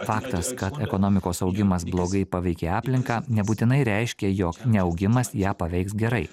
faktas kad ekonomikos augimas blogai paveikė aplinką nebūtinai reiškia jog neaugimas ją paveiks gerai